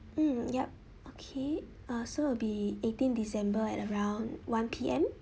mm yup okay uh so will be eighteen december at around one P_M